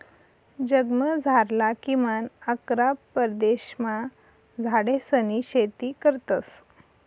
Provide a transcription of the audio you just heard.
जगमझारला किमान अकरा प्रदेशमा झाडेसनी शेती करतस